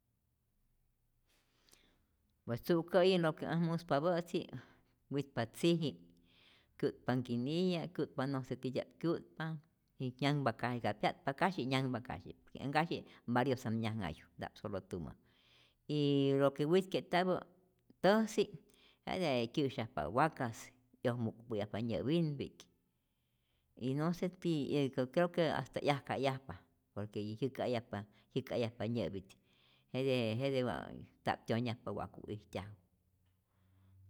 Pues tzu'kä'yi lo que ät muspapä'tzi, witpa tziji', kyutpa nhkiniya', kyu'tpa no se titya'p kyu'tpa y nyanhpa kasyi, ka pya'tpa kasyi nyanhpa kasyi, äj nkasyi variosap nyajnhayu, nta'p solo tumä y lo que witke'tapä täjsi', jete kyä'syajpa wakas 'yojmu'kpä'yajpa nyä'pinpi'k y no se tiyä yo creo que hasta 'yajka'yajpa por que jyäkä'ayajpa jyäkä'ayajpa nyä'pi't, jete jete wa nta'p tyonyajpa wa'ku ijtyaju.